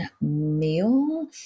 meal